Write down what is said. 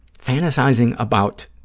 fantasizing about